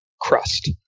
crust